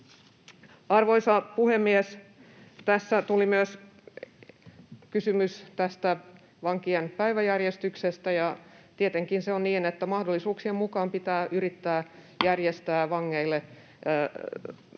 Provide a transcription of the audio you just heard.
arvoisa puhemies, tässä tuli myös kysymys tästä vankien päiväjärjestyksestä. Tietenkin se on niin, että mahdollisuuksien mukaan pitää yrittää järjestää [Puhemies